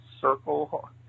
circle